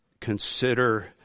consider